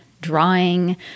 drawing